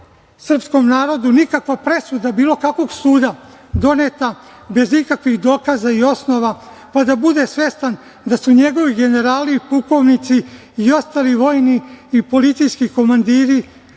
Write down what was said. srpskom narodu nikakva presuda bilo kakvog suda, doneta bez ikakvih dokaza i osnova, pa da bude svestan da su njegovi generali i pukovnici i ostali vojni i policijski komandiri